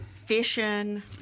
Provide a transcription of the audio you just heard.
Fishing